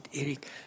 Eric